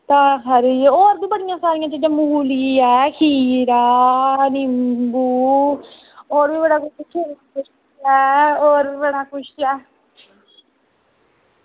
तां खरी होर बी बड़ी सारी चीज़ा जियां मूली ऐ खीरा नींबू होर बी बड़ा कुछ ऐ